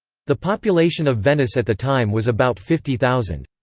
the population of venice at the time was about fifty thousand.